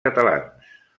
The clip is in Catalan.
catalans